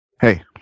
hey